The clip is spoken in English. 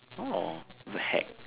the heck